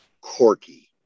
Corky